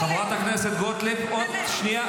חברת הכנסת גוטליב, שנייה.